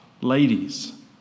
ladies